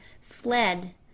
fled